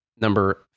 number